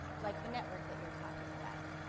like the network that you're talking about,